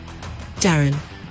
Darren